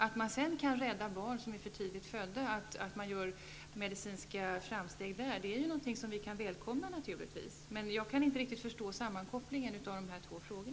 Att man sedan gör medicinska framsteg när det gäller att rädda barn som är för tidigt födda är naturligtvis någonting som vi kan välkomna. Jag kan inte riktigt förstå sammankopplingen av dessa två frågor.